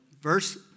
Verse